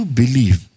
believe